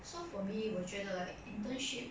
so for me 我觉得 like internship